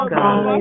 God